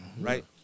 right